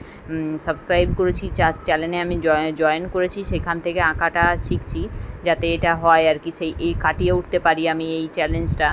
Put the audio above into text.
subscribe করেছি চার চ্যানেলে আমি জয়ে জয়েন করেছি সেখান থেকে আঁকাটা শিখছি যাতে এটা হয় আর কি সেই এই কাটিয়ে উঠতে পারি আমি এই চ্যালেঞ্জটা